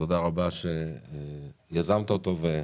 ותודה רבה שיזמת אותו.